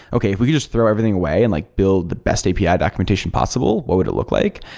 okay, if we could just throw everything away and like build the best api ah documentation possible, what would it look like?